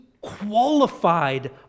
qualified